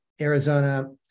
Arizona